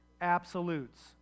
absolutes